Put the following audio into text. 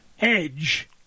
edge